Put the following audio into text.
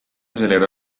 celebra